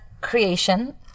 creation